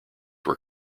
were